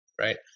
right